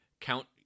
Count